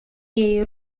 jej